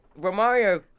Romario